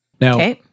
Now